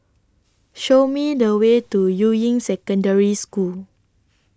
Show Me The Way to Yuying Secondary School